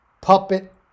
puppet